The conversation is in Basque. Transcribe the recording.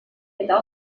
eta